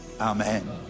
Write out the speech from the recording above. Amen